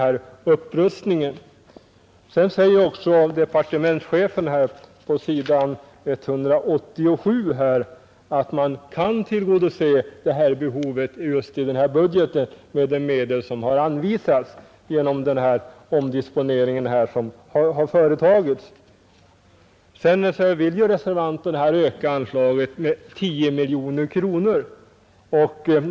På s. 187 i samma bilaga säger departementschefen att behovet av ökad satsning kan tillgodoses i denna budget med de medel som har anvisats. Reservanterna vill nu öka anslaget med 10 miljoner kronor.